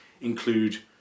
include